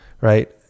right